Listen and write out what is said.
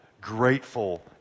grateful